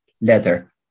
leather